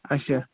اچھا